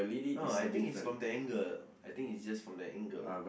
oh I think it's from the angle I think it's just from the angle